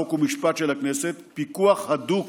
חוק ומשפט של הכנסת פיקוח הדוק